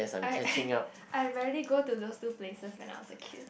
I I rarely go to those two places when I was a kid